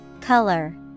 Color